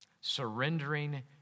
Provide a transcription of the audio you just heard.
Surrendering